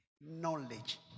knowledge